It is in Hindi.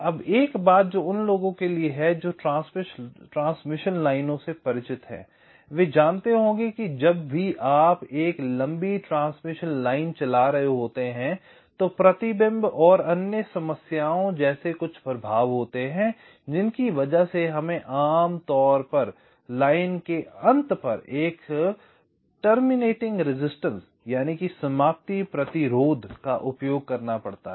अब एक बात जो उन लोगों के लिए है जो ट्रांसमिशन लाइनों से परिचित हैं वे जानते होंगे कि जब भी आप एक लंबी ट्रांसमिशन लाइन चला रहे होते हैं तो प्रतिबिंब और अन्य समस्याओं जैसे कुछ प्रभाव होते हैं जिनकी वजह से हमें आम तौर लाइन के अंत पर एक समाप्ति प्रतिरोध का उपयोग करना पड़ता है